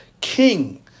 king